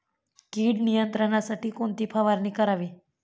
कीड नियंत्रणासाठी कोणती फवारणी करावी?